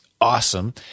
awesome